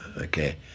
Okay